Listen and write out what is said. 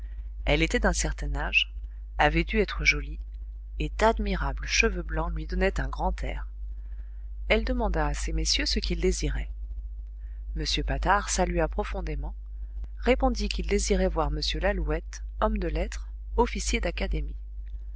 elle était d'un certain âge avait dû être jolie et d'admirables cheveux blancs lui donnaient un grand air elle demanda à ces messieurs ce qu'ils désiraient m patard salua profondément répondit qu'ils désiraient voir m lalouette homme de lettres officier d'académie